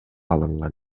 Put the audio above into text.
алынган